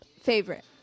Favorite